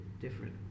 different